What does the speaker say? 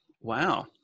Wow